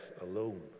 alone